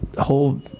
whole